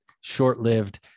short-lived